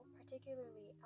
particularly